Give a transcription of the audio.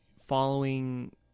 following